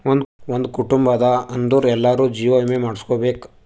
ಒಂದ್ ಕುಟುಂಬ ಅದಾ ಅಂದುರ್ ಎಲ್ಲಾರೂ ಜೀವ ವಿಮೆ ಮಾಡುಸ್ಕೊಬೇಕ್